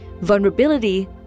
Vulnerability